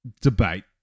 debate